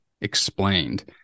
Explained